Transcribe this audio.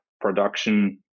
production